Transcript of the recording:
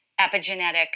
epigenetic